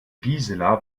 gisela